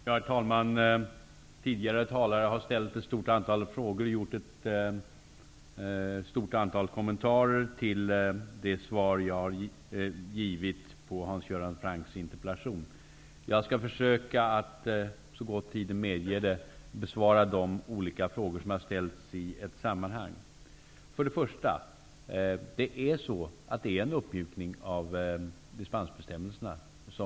Herr talman! Tidigare talare har ställt ett stort antal frågor och gjort ett stort antal kommentarer till det svar jag har givit på Hans Göran Francks interpellation. Jag skall försöka att så gott tiden medger det att i ett sammanhang besvara de olika frågor som ställts. Det regeringen har beslutat innebär en uppmjukning av dispensbestämmelserna.